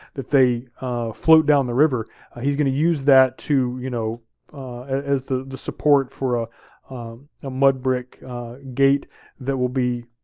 that they float down the river, and he's gonna use that to, you know as the the support for a mud brick gate that will be,